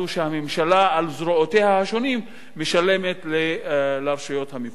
שהממשלה על זרועותיה השונות משלמת לרשויות המקומיות.